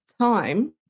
time